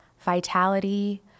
vitality